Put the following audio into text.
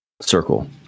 circle